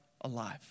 alive